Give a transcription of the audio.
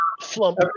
flump